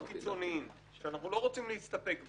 קיצוניים שאנחנו לא רוצים להסתפק בהם.